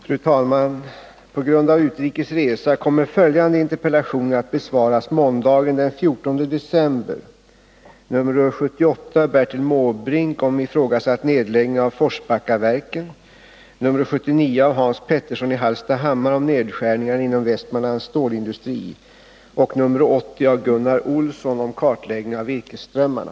Fru talman! På grund av utrikes resa kommer jag att besvara följande interpellationer måndagen den 14 december: nr 78 av Bertil Måbrink om ifrågasatt nedläggning av Forsbackaverken, nr 79 av Hans Petersson i Hallstahammar om nedskärningarna inom Västmanlands stålindustri och nr 80 av Gunnar Olsson om kartläggning av virkesströmmarna.